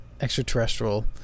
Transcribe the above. extraterrestrial